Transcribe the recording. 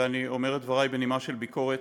ואני אומר את דברי בנימה של ביקורת,